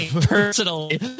personally